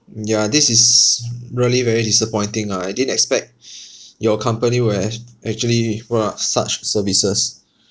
ya this is really very disappointing ah I didn't expect your company will have actually provide such services